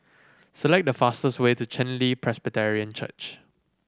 select the fastest way to Chen Li Presbyterian Church